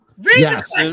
yes